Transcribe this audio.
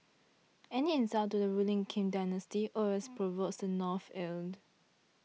any insult to the ruling Kim dynasty always provokes the North's ire